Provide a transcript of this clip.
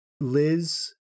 Liz